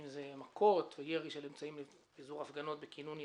מכות, ירי של אמצעים לפיזור הפגנות בכינון ישיר.